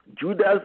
Judas